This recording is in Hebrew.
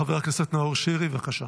חבר הכנסת נאור שירי, בבקשה.